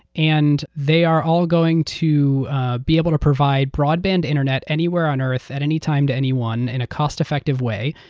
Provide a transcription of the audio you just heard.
and they are all going to be able to provide broadband internet anywhere on earth at any time to anyone in a cost-effective way.